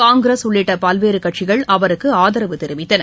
காங்கிரஸ் உள்ளிட்ட பல்வேறு கட்சிகள் அவருக்கு ஆதரவு தெரிவித்தன